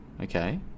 okay